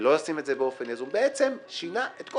ולא לשים את זה באופן יזום - בעצם שינה את כל